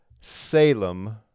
Salem